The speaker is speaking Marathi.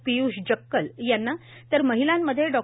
पीय्ष जक्कल यांना तर महिलांमध्ये डॉ